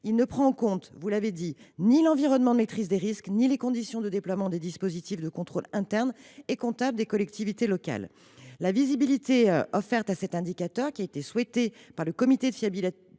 il ne prend en compte ni l’environnement de maîtrise des risques ni les conditions de déploiement des dispositifs de contrôle interne et comptable des collectivités locales. La visibilité offerte à cet indicateur, souhaitée par le Comité national de fiabilité